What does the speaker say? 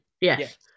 yes